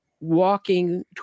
walking